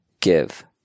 give